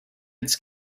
its